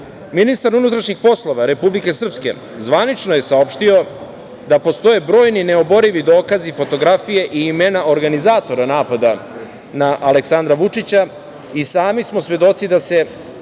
unutrašnjih poslova Republike Srpske zvanično je saopštio da postoje brojni neoborivi dokazi, fotografije i imena organizatora napada na Aleksandra Vučića i sami smo svedoci da se